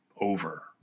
over